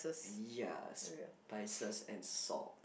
ya spices and salt